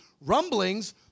rumblings